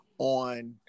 on